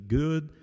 good